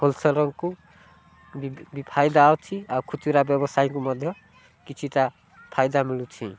ହୋଲସେଲ୍ରଙ୍କୁ ବି ଫାଇଦା ଅଛି ଆଉ ଖୁଚୁରା ବ୍ୟବସାୟୀଙ୍କୁ ମଧ୍ୟ କିଛିଟା ଫାଇଦା ମିଳୁଛି